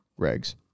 regs